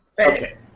Okay